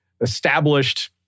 established